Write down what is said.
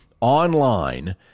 online